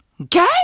Okay